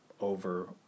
over